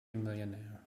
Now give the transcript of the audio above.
millionaire